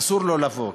אסור לו לבוא,